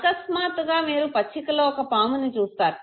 అకస్మాత్తుగా మీరు పచ్చికలో ఒక పాముని చూస్తారు